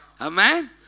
Amen